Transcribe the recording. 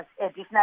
additional